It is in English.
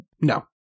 No